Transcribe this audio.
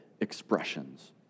expressions